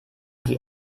die